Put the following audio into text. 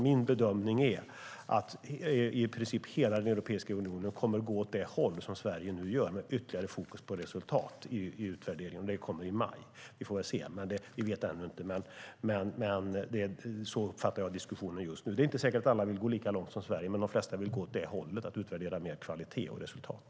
Min bedömning är att i princip hela Europeiska unionen kommer att gå åt det håll som Sverige nu gör med ytterligare fokus på resultat i utvärderingen. Det kommer i maj. Vi vet ännu inte hur det blir. Men så uppfattar jag diskussionen just nu. Det är inte säkert att alla vill gå lika långt som Sverige. Men det flesta vill gå åt det hållet och mer utvärdera kvalitet och resultat.